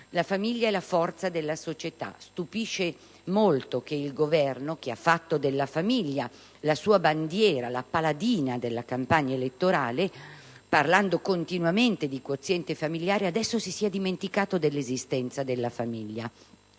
La famiglia è la forza della società. Stupisce molto che il Governo, che ha fatto della famiglia la sua bandiera, la paladina della campagna elettorale, parlando continuamente di quoziente familiare, adesso si sia dimenticato dell'esistenza della famiglia.